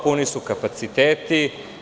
Puni su kapaciteti.